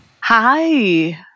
Hi